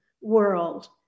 world